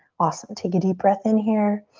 awesome, take a deep breath in here.